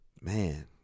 man